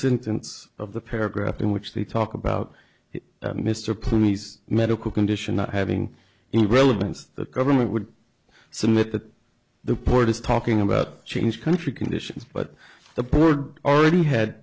sentence of the paragraph in which they talk about mr pliny's medical condition not having any relevance the government would submit that the report is talking about change country conditions but the board already had